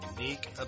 unique